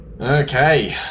Okay